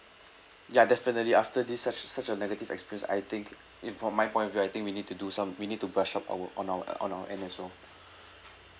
ya definitely after this such such a negative experience I think in from my point of view I think we need to do some we need to brush up our on our on our end as well